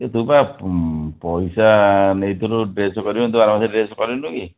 ଏ ତୁ ପା ପଇସା ନେଇଥିଲୁ ଡ୍ରେସ୍ କରିବା ପାଇଁ ତୁ ଆର ମାସରେ ଡ୍ରେସ୍ କରିନୁ କି